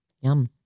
Yum